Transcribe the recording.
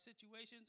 situations